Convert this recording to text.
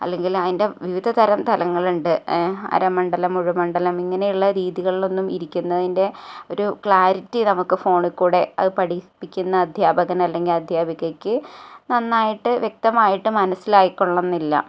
അല്ലെങ്കിൽ അതിന്റെ വിവിധതരം തലങ്ങളുണ്ട് അരമണ്ഡലം മുഴുമണ്ഡലം ഇങ്ങനെയിള്ള രീതികളിലൊന്നും ഇരിക്കുന്നതിന്റെ ഒരു ക്ലാരിറ്റി നമുക്ക് ഫോണിൽക്കൂടെ അത് പഠിപ്പിക്കുന്ന അധ്യാപകൻ അല്ലെങ്കിൽ അധ്യാപികയ്ക്ക് നന്നായിട്ട് വ്യക്തമായിട്ട് മനസ്സിലായിക്കൊള്ളം എന്നില്ല